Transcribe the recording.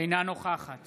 אינה נוכחת